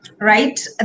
right